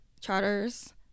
charters